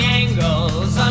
angles